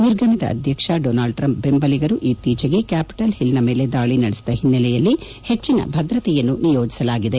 ನಿರ್ಗಮಿತ ಅಧ್ಯಕ್ಷ Donald Trump ಬೆಂಬಲಿಗರು ಇತ್ತೀಚೆಗೆ ಕ್ಯಾಪಿಟಲ್ ಹಿಲ್ನ ಮೇಲೆ ದಾಳಿ ನಡೆಸಿದ ಹಿನ್ನೆಲೆಯಲ್ಲಿ ಹೆಚ್ಚಿನ ಭದ್ರತೆಯನ್ನು ನಿಯೋಜಿಸಲಾಗಿದೆ